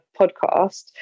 podcast